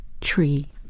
tree